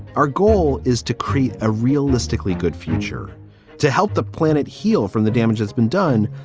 our goal is to create a realistically good future to help the planet heal from the damage that's been done,